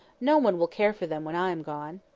no one will care for them when i am gone.